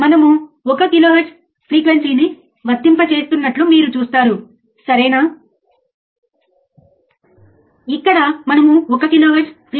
మనము చివరి స్లయిడ్లో చూసిన విధంగా స్లీవ్ రేటు యొక్క సూత్రం ∆Vout ∆t తప్ప మరొకటి కాదు కాదా